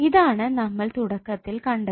ഇതാണ് നമ്മൾ തുടക്കത്തിൽ കണ്ടത്